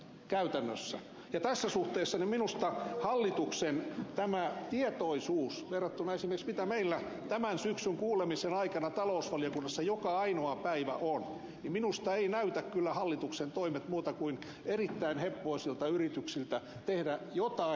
tässä suhteessa minusta hallituksen tietoisuus on heikko verrattuna esimerkiksi siihen mitä meillä tämän syksyn kuulemisten aikana talousvaliokunnassa joka ainoa päivä on eivätkä näytä kyllä hallituksen toimet muuta kuin erittäin heppoisilta yrityksiltä tehdä jotain